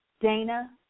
Dana